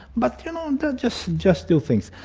but, you know, and just just do things.